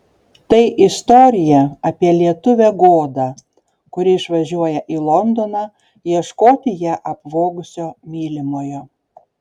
tai istorija apie lietuvę godą kuri išvažiuoja į londoną ieškoti ją apvogusio mylimojo